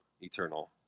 eternal